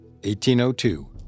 1802